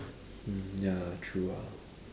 ya true ah